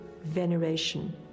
veneration